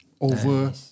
over